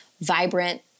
vibrant